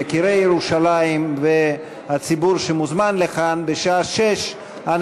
יקירי ירושלים והציבור שמוזמן לכאן לשעה 18:00,